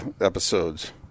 episodes